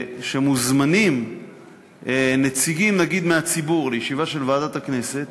כשמוזמנים נציגים מהציבור לישיבה של ועדת הכנסת,